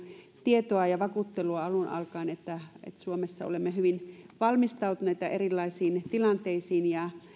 tietoa ja vakuuttelua alun alkaen että suomessa olemme hyvin valmistautuneita erilaisiin tilanteisiin ja